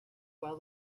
while